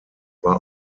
war